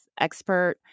expert